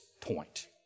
point